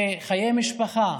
על חיי משפחה